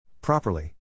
Properly